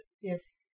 Yes